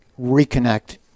reconnect